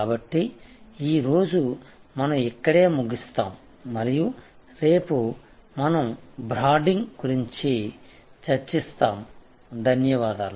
కాబట్టి ఈ రోజు మనం ఇక్కడే ముగుస్తాము మరియు రేపు మనం బ్రాండింగ్ గురించి చర్చిస్తాము ధన్యవాదాలు